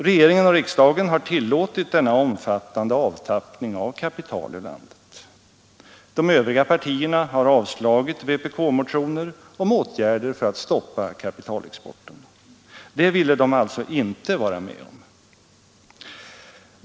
Regeringen och riksdagen har tillåtit denna omfattande avtappning av kapital ur landet. De övriga partierna har avslagit vpk-motioner om åtgärder för att stoppa kapitalexporten — det ville de alltså inte vara med om.